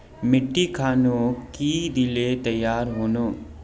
मिट्टी खानोक की दिले तैयार होने?